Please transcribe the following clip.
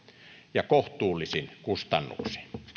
ja kohtuullisin kustannuksin